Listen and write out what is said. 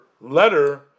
letter